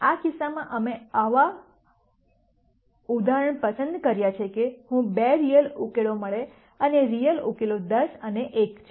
આ કિસ્સામાં અમે આવા માણસઆ ઉદાહરણ પસંદ કર્યા છે કે હું બે રિયલ ઉકેલો મળે અને રિયલ ઉકેલો 10 અને 1 છે